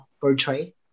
portray